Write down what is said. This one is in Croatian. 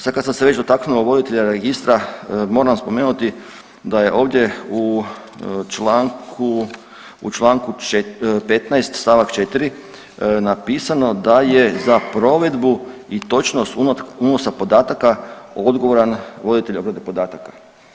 Sad kad sam se već dotaknuo voditelja registra moram spomenuti da je ovdje u članku, u Članku 15. stavak 4. napisano da je za provedbu i točnost unosa podataka odgovoran voditelj obrade podataka.